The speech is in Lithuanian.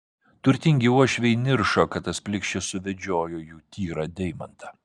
turtingi uošviai niršo kad tas plikšis suvedžiojo jų tyrą deimantą